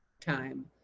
time